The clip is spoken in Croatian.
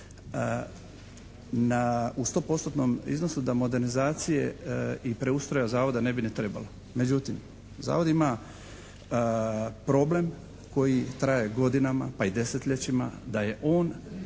u 100% iznosu, da modernizacije i preustroja zavoda ne bi ni trebalo. Međutim, zavod ima problem koji traje godinama pa i desetljećima da je on